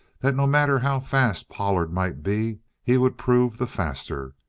that no matter how fast pollard might be, he would prove the faster.